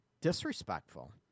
disrespectful